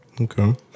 Okay